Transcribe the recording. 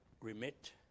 remit